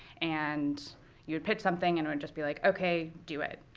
and you'd pitch something, and it would just be like, ok, do it.